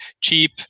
cheap